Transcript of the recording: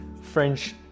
French